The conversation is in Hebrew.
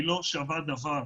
היא לא שווה דבר.